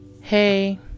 hey